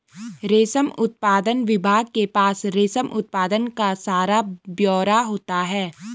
रेशम उत्पादन विभाग के पास रेशम उत्पादन का सारा ब्यौरा होता है